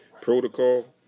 protocol